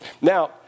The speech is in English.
Now